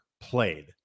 played